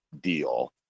deal